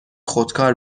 خودکار